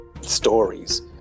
stories